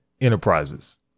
Enterprises